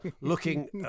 looking